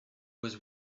was